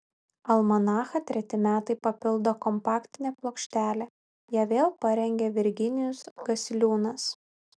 almanachą treti metai papildo kompaktinė plokštelė ją vėl parengė virginijus gasiliūnas